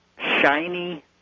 shiny